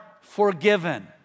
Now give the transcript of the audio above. forgiven